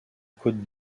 côte